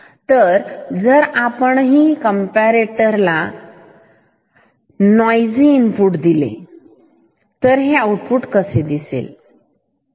तर जर आपणही कॉम्पेरेटर ला नोईसी इनपुट दिले तर हे आउटपुट कसे दिसेल